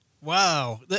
Wow